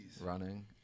running